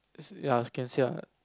ya you can say ah